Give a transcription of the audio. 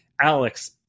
Alex